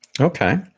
Okay